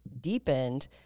deepened